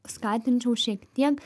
skatinčiau šiek tiek